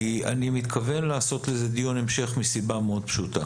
כי אני מתכוון לעשות לזה דיון המשך מסיבה מאוד פשוטה